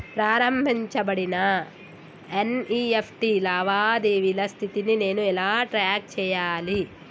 ప్రారంభించబడిన ఎన్.ఇ.ఎఫ్.టి లావాదేవీల స్థితిని నేను ఎలా ట్రాక్ చేయాలి?